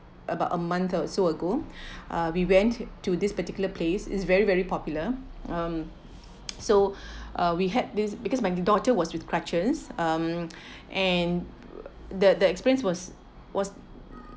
about a month or so ago uh we went to this particular place is very very popular mm so uh we had this because my daughter was with crutches mm and the the experience was was